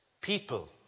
people